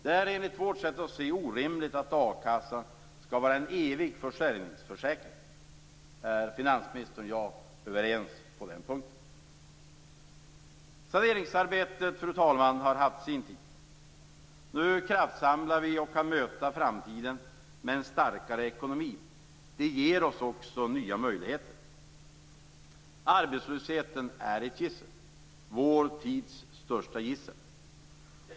Det är enligt vårt sätt att se orimligt att a-kassan skall vara en evig försörjningsförsäkring. Är finansministern och jag överens på den punkten? Fru talman! Saneringsarbetet har haft sin tid. Nu kraftsamlar vi och kan möta framtiden med en starkare ekonomi. Det ger oss också nya möjligheter. Arbetslösheten är vår tids största gissel.